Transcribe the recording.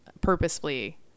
purposefully